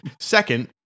Second